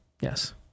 Yes